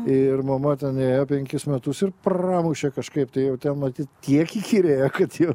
ir mama ten ėjo penkis metus ir pramušė kažkaip tai jau ten matyt tiek įkyrėjo kad ji